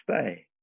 stay